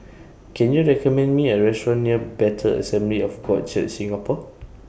Can YOU recommend Me A Restaurant near Bethel Assembly of God Church Singapore